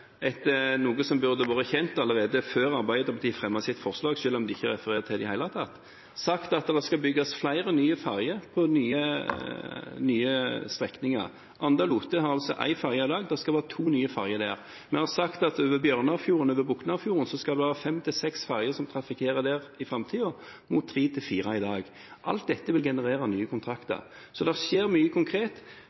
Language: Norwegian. noe som burde vært kjent allerede før Arbeiderpartiet fremmet sitt forslag, selv om de ikke refererer til det i det hele tatt – sagt at det skal bygges flere nye ferjer på nye strekninger. Anda–Lote har altså én ferje i dag, det skal være to nye ferjer der. Vi har sagt at over Bjørnafjorden og over Boknafjorden skal det være fem–seks ferjer som trafikkerer i framtiden, mot tre–fire i dag. Alt dette vil generere nye kontrakter. Det skjer mye konkret.